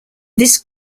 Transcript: this